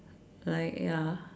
like ya